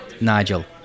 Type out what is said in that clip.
Nigel